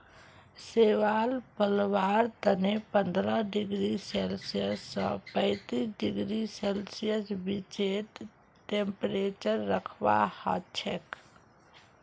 शैवाल पलवार तने पंद्रह डिग्री सेल्सियस स पैंतीस डिग्री सेल्सियसेर बीचत टेंपरेचर रखवा हछेक